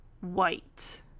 white